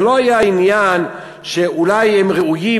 זה לא היה עניין שאולי הם ראויים,